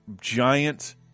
giant